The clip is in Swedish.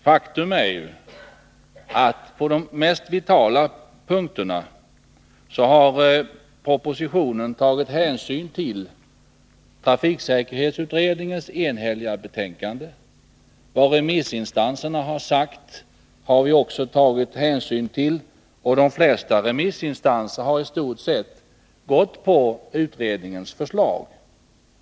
Faktum är att vi i propositionen på de mest vitala punkterna tagit hänsyn till trafiksäkerhetsutredningens enhälliga betänkande. Vad remissinstanserna har sagt har vi också tagit hänsyn till. De flesta remissinstanser har i stort sett tillstyrkt utredningens förslag.